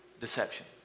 deception